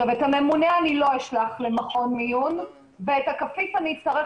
את הממונה אני לא אשלח למכון מיון ואת הכפיף אני אצטרך